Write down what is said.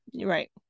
right